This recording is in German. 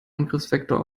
angriffsvektor